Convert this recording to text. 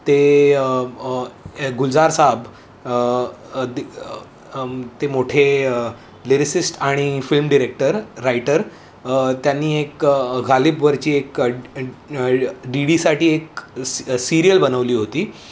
ते गुलजार साब ते मोठे लेरिसिस्ट आणि फिल्म डिरेक्टर राईटर त्यांनी एक घालिपवरची एक डीडीसाठी एक सिरियल बनवली होती